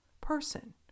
person